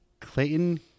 Clayton